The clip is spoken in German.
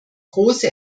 große